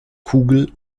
kugel